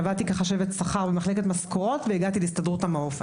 עבדתי כחשבת-שכר במחלקת משכורות והגעתי להסתדרות המעו"ף.